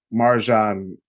Marjan